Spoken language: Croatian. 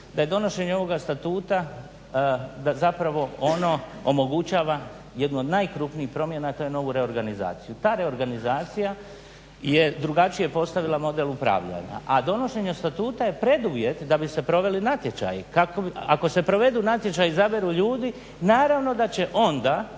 da je donošenje ovoga statuta, da zapravo ono omogućava jednu od najkrupnijih promjena to je novu reorganizaciju. Ta reorganizacija je drugačije postavila model upravljanja a donošenje statuta je preduvjet da di se proveli natječaji, ako se provedu natječaji, izaberu ljudi naravno da će onda